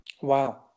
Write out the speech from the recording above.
Wow